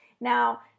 Now